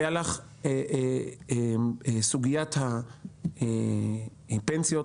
סוגיית הפנסיות,